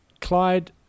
Clyde